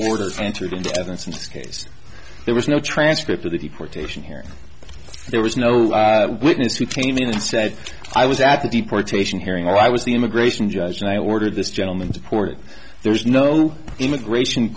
order entered into evidence in this case there was no transcript of the deportation hearing there was no witness who came in and said i was at the deportation hearing i was the immigration judge and i ordered this gentleman deported there's no immigration